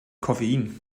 koffein